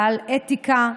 בעל אתיקה,